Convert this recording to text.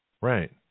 Right